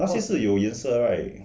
那些是有颜色:nei xie shi youyan se right